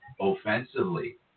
offensively